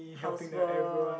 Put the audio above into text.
housework